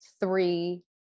three